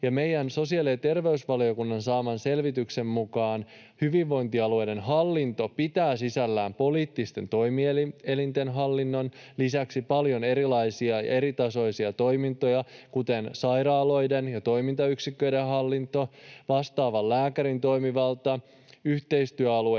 Meidän sosiaali- ja terveysvaliokunnan saaman selvityksen mukaan hyvinvointialueiden hallinto pitää sisällään poliittisten toimielinten hallinnon lisäksi paljon erilaisia ja eritasoisia toimintoja, kuten sairaaloiden ja toimintayksiköiden hallinto, vastaavan lääkärin toimivalta, yhteistyöalueiden